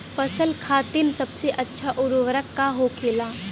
फसल खातीन सबसे अच्छा उर्वरक का होखेला?